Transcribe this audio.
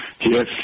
Yes